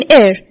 air